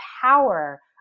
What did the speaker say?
power